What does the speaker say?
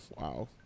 Wow